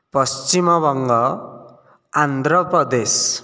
Paschimbanga Andhra Pradesh